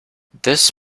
this